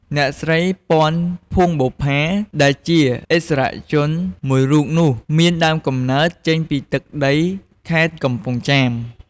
អ្នកស្រី ពាន់ ភួងបុប្ផា ដែលជាឥស្សរជនមួយរូបនោះ មានដើមកំណើតចេញពីទឹកដី ខេត្តកំពង់ចាម។